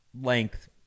length